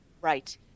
Right